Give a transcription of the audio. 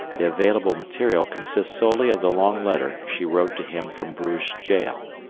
the available material consists solely of the long letter she wrote to him from bruges jail.